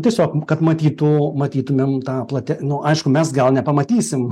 tiesiog kad matytų matytumėm tą plati nu aišku mes gal nepamatysim